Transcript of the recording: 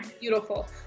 Beautiful